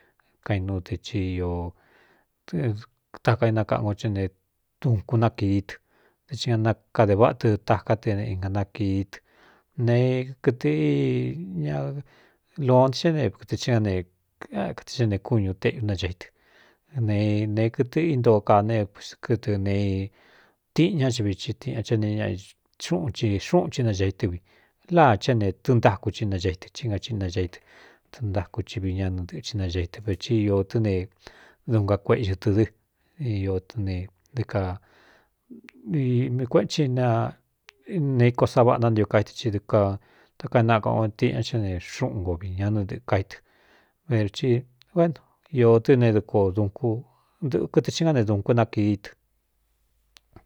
Kainúu te ñ taka inakaꞌan ko chɨ ne dun kunákií tɨ te i ña nakadē váꞌa tɨ taká tɨnganakií tɨ ne ktɨ ña lóo tē xá nekɨ kɨɨ a ne kúñū teꞌunaca i tɨ ne ne kɨtɨ íntoo kaa neékɨtɨ nee tíꞌin ñá i vii tiꞌña á ne ña xúꞌun i xúꞌun chí nace i tɨ́ vi láā chɨ é ne tɨꞌɨn ntáku ci naga itɨ ɨ ngahiꞌí naca i tɨ tɨɨntáku ci vi ñanɨ dɨꞌchɨ nage i tɨ veti i tɨ ne duꞌnga kueꞌxɨ tɨ dɨ tɨ ne d kā vimii kueꞌetsi aneíko sa váꞌa nántio ka ítɨ i d ka takaénakaank o tiꞌinña chá ne xúꞌun nko vi ñanɨ dɨ̄ꞌkaít vrti uén i tɨ́ ne dkuo ɨꞌkɨtɨ xhí ngá ne dun ku nákií tɨ.